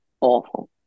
awful